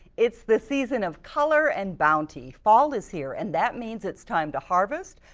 it's the season of color and bounty. fall is here. and that means it's time to harvest,